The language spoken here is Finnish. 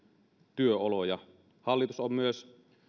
työoloja hallitus on myös